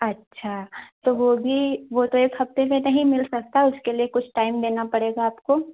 अच्छा तो वह भी वह तो एक हफ़्ते में नहीं मिल सकता उसके लिए कुछ टाइम देना पड़ेगा आपको